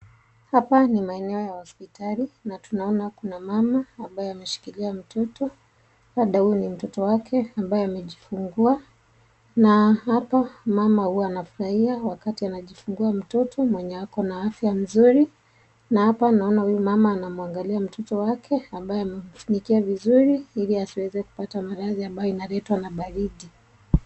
Hapa ni maeno ya hospitali, natumaona kuna mama ambaye ameshililia mtoto. Labda huyu ni mtoto wake, ambaye amejifungua na hapa mama huwa anajifurahia wakati anajifungua mtoto mwenye ako na afya mzuri, na hapa naona huyu mama mwenye ananangalia mtoti wake ambaye amefunikwa vizuri iliasiweze kupata maradhi ambayo inaletwa na mbaridi.